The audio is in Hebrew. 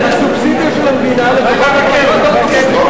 כן, עם הסובסידיה של המדינה לטובת האוטובוסים.